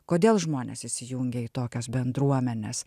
kodėl žmonės įsijungia į tokias bendruomenes